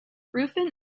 ruffin